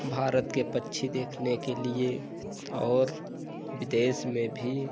भारत के पक्षी देखने के लिए और विदेश में भी